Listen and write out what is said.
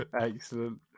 Excellent